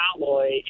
alloy